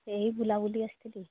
ଏଇ ବୁଲାବୁଲି ଆସିଥିଲି